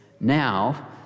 now